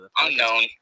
Unknown